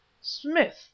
Smith